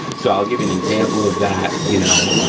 so i'll give you an example of that. you know,